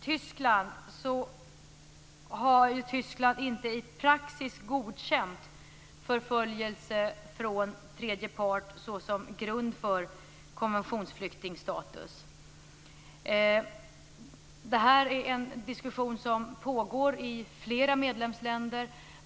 Tyskland har inte i praxis godkänt förföljelse från tredje part såsom grund för konventionsflyktingstatus. Det här är en diskussion som pågår i flera medlemsländer.